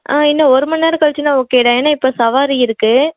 இன்னும் ஒரு மணிநேரம் கழிச்சுன்னா ஓகே தான் ஏன்னா இப்போ சவாரி இருக்குது